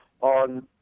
on